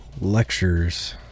lectures